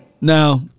Now